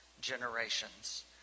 generations